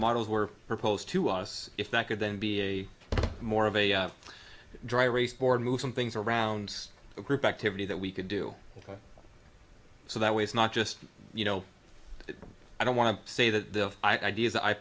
models were proposed to us if that could then be a more of a dry race board move some things around a group activity that we could do so that way it's not just you know i don't want to say that the ideas i